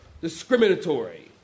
discriminatory